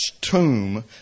tomb